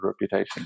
reputation